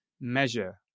measure